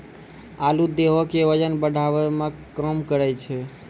आलू देहो के बजन बढ़ावै के काम करै छै